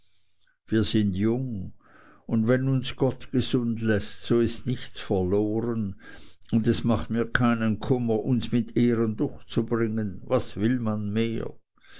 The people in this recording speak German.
wir sind jung und wenn uns gott gesund läßt so ist nichts verloren und es macht mir keinen kummer uns mit ehren durchzubringen was will man mehr